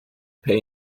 pay